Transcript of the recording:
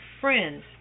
friends